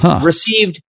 received